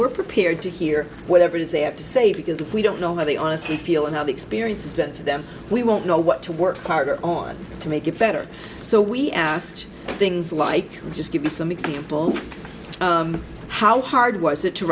we're prepared to hear whatever it is they have to say because if we don't know how they honestly feel and how the experience has been to them we won't know what to work harder on to make it better so we asked things like just give us some examples of how hard was it to